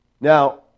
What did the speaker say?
Now